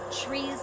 trees